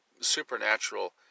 supernatural